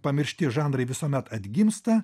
pamiršti žanrai visuomet atgimsta